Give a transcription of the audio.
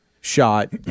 shot